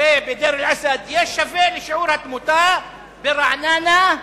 ובדיר-אל-אסד יהיה שווה לשיעור התמותה ברעננה,